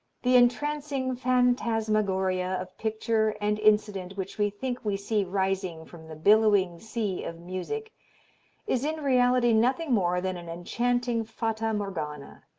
the entrancing phantasmagoria of picture and incident which we think we see rising from the billowing sea of music is in reality nothing more than an enchanting fata morgana,